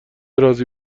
رازی